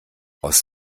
aus